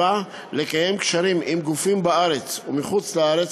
4. לקיים קשרים עם גופים בארץ ובחוץ-לארץ